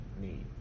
need